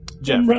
Jeff